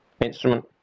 instrument